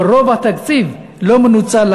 ורוב התקציב לא מנוצל.